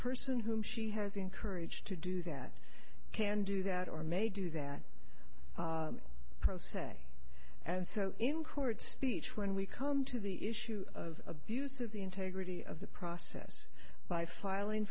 person whom she has encouraged to do that can do that or may do that pro se and so in court speech when we come to the issue of abuse of the integrity of the process by filing